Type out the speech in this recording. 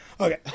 Okay